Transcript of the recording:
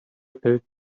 felt